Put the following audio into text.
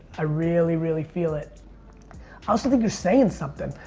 i really really feel it. i also think you're saying something.